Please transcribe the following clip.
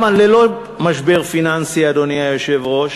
גם ללא משבר פיננסי, אדוני היושב-ראש,